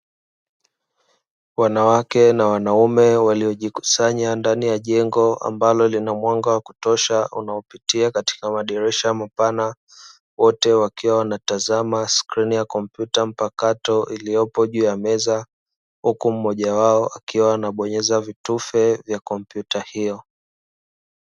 Wanawake na wanaume waliojikusanya ndani ya jengo ambalo lina mwanga wa kutosha unaopitia katika madirisha mapana wote wakiwa wanatazama skirini ya kompyuta mpakato, iliyopo juu ya meza huku mmoja wao akiwa anabonyeza vitufe vya kompyuta hiyo.